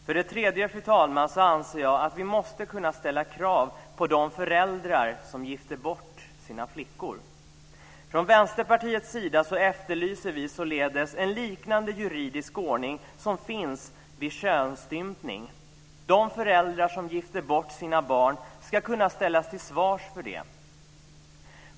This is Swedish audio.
För det tredje, fru talman, anser jag att vi måste kunna ställa krav på de föräldrar som gifter bort sina flickor. Från Vänsterpartiets sida efterlyser vi således en liknande juridisk ordning som finns vid könsstympning. De föräldrar som gifter bort sina barn ska kunna ställas till svars för det.